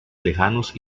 lejanos